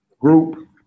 group